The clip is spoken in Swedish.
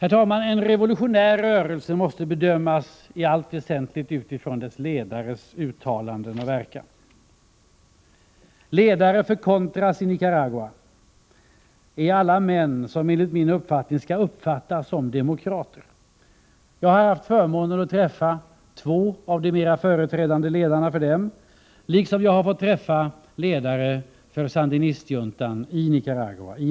En revolutionär rörelse måste i allt väsentligt bedömas utifrån dess ledares uttalanden och agerande. Ledare för contras i Nicaragua är alla män som enligt min uppfattning skall betraktas som demokrater. Jag har haft förmånen att träffa två av de mera företrädande ledarna för dem liksom jag har fått träffa ledare för sandinistjuntan i Managua.